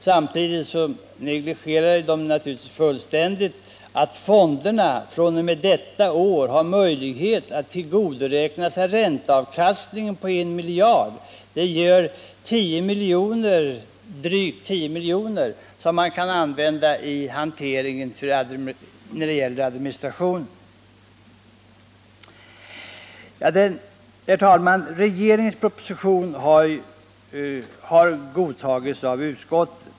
Majoriteten negligerade också fullständigt att fonderna fr.o.m. detta år har möjlighet att tillgodoräkna sig ränteavkastningen på det utlånade kapitalet, som är I miljard. Avkastningen ger drygt 10 milj.kr., som fonderna kan använda för att täcka administrationskostnaderna. Herr talman! Regeringens proposition har godtagits av utskottet.